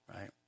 right